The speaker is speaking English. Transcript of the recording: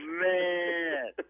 man